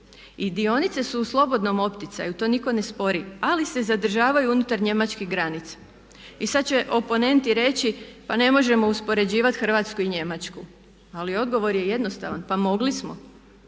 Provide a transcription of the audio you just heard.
I dionice su u slobodnom opticaju, to nitko ne spori, ali se zadržavaju unutar njemačke granice. I sad će oponenti reći pa ne možemo uspoređivati Hrvatsku i Njemačku. Ali odgovor je jednostavan mogli smo